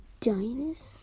dinosaurs